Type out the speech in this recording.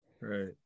Right